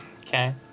Okay